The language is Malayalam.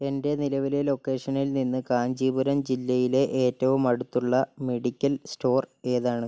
എൻ്റെ നിലവിലെ ലൊക്കേഷനിൽ നിന്ന് കാഞ്ചീപുരം ജില്ലയിലെ ഏറ്റവും അടുത്തുള്ള മെഡിക്കൽ സ്റ്റോർ ഏതാണ്